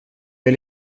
väl